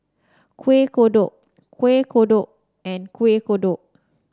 Kuih Kodok Kuih Kodok and Kuih Kodok